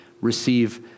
receive